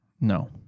No